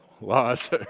laws